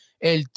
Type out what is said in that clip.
El